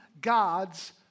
God's